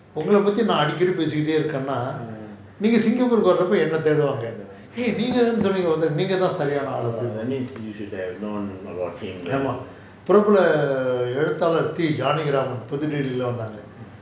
உங்கள பத்தி நான் அடிக்கடி பேசிட்டே இருக்கேனா நீங்க:ungala pathi naan adikadi paesitae irukaenaa ninga singapore வரும் போது என்ன தேடுவாங்க நீங்க தான சொன்னிங்க வந்து நீங்க தான் சீரான ஆளு னு பிரபல எழுத்தாளர்:varum pothu enna thaeduvaanga neenga thaana soningga vanthu neenga thaan sariyaana aalu nu prabala ezhuthaar T janakiraman புது:puthu delhi வந்தாங்க:vanthaanga